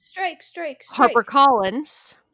HarperCollins